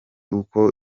uko